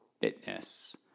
fitness